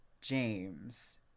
James